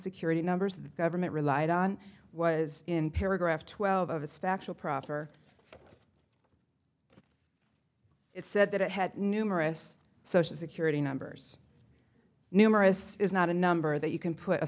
security numbers the government relied on was in paragraph twelve of its factual proffer it said that it had numerous social security numbers numerous is not a number that you can put a